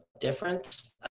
difference